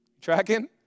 Tracking